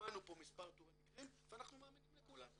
שמענו פה מספר תיאורי מקרים ואנחנו מאמינים לכולם.